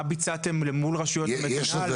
מה ביצעתם למול רשויות המדינה לבצע אסדרה?